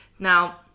Now